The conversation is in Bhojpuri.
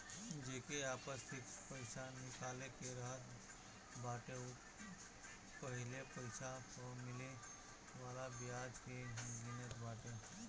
जेके आपन फिक्स पईसा निकाले के रहत बाटे उ पहिले पईसा पअ मिले वाला बियाज के गिनत बाटे